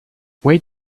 wait